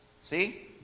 See